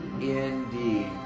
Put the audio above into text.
indeed